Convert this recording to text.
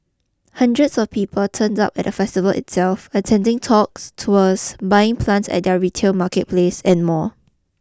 hundreds of people turned up at the festival itself attending talks tours buying plants at their retail marketplace and more